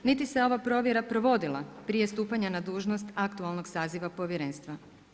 Niti se ova provjera provodila prije stupanja na dužnost aktualnog saziva Povjerenstva.